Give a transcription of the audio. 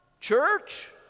church